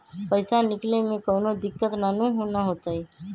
पईसा निकले में कउनो दिक़्क़त नानू न होताई?